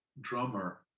drummer